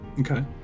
Okay